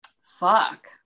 Fuck